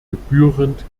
gebührend